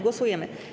Głosujemy.